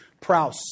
prouse